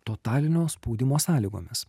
totalinio spaudimo sąlygomis